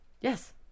yes